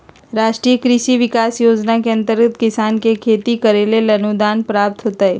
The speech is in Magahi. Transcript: राष्ट्रीय कृषि विकास योजना के अंतर्गत किसान के खेती करैले अनुदान प्राप्त होतय